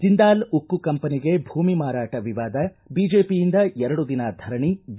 ಜಿಂದಾಲ್ ಉಕ್ಕು ಕಂಪನಿಗೆ ಭೂಮಿ ಮಾರಾಟ ವಿವಾದ ವಿಜೆಪಿಯಿಂದ ಎರಡು ದಿನ ಧರಣೆ ಬಿ